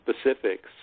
specifics